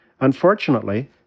Unfortunately